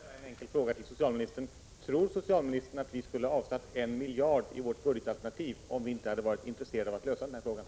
Herr talman! Låt mig ställa följande enkla fråga till socialministern: Tror socialministern att vi skulle ha avsatt I miljard kronor i vårt budgetförslag om vi inte hade varit intresserade av att lösa den här frågan?